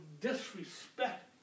disrespect